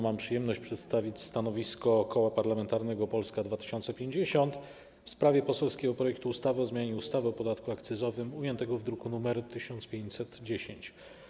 Mam przyjemność przedstawić stanowisko Koła Parlamentarnego Polska 2050 w sprawie poselskiego projektu ustawy o zmianie ustawy o podatku akcyzowym ujętego w druku nr 1510.